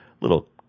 little